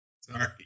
sorry